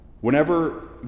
Whenever